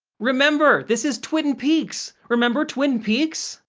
remember! this is twin peaks! remember twin peaks?